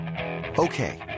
Okay